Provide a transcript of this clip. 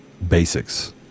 basics